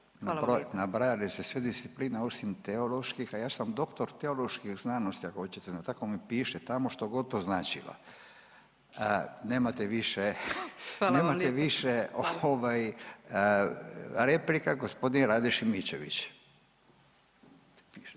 Hvala. Nabrajali ste sve discipline osim teoloških, a ja sam doktor teoloških znanosti ako hoćete, tako mi piše tamo što god to značilo. Nemate više, nemate više…